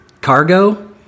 cargo